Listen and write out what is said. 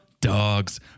dogs